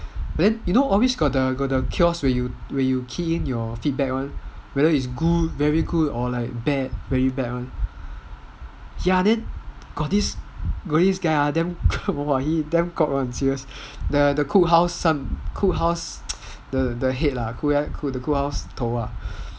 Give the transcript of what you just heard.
then you know always got the kiosk where you key in your feedback whether it's good or like bad or very bad then got this guys damn cock [one] the cook house the head